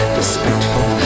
respectful